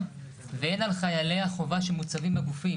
והן על חיילי החובה שמוצבים בגופים.